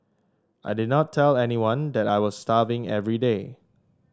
I did not tell anyone that I was starving every day